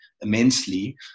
immensely